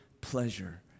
pleasure